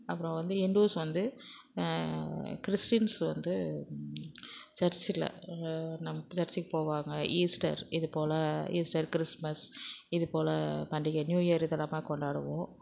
அப்பறம் வந்து ஹிந்துஸ் வந்து கிறிஸ்டின்ஸ் வந்து சர்ச்சில் அங்கே நம் சர்ச்சுக்கு போவாங்க ஈஸ்டர் இது போல ஈஸ்டர் கிறிஸ்மஸ் இது போல் பண்டிகை நியூயர் இதெலாம்மே கொண்டாடுவோம்